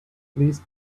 please